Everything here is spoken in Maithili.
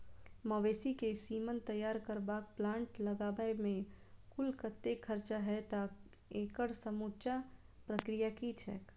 मवेसी केँ सीमन तैयार करबाक प्लांट लगाबै मे कुल कतेक खर्चा हएत आ एकड़ समूचा प्रक्रिया की छैक?